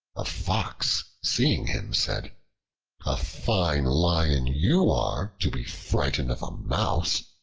a fox seeing him said a fine lion you are, to be frightened of a mouse.